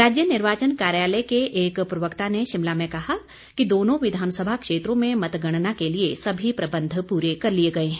राज्य निर्वाचन कार्यालय के एक प्रवक्ता ने शिमला में कहा कि दोनों विधानसभा क्षेत्रों में मतगणना के लिए सभी प्रबंध पूरे कर लिए गए हैं